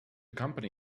company